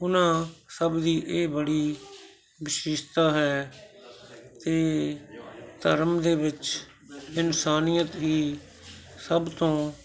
ਉਹਨਾਂ ਸਭ ਦੀ ਇਹ ਬੜੀ ਵਿਸ਼ੇਸ਼ਤਾ ਹੈ ਅਤੇ ਧਰਮ ਦੇ ਵਿੱਚ ਇਨਸਾਨੀਅਤ ਹੀ ਸਭ ਤੋਂ